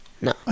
no